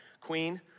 queen